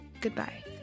Goodbye